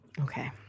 Okay